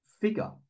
figure